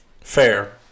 Fair